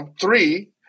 three